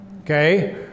Okay